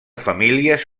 famílies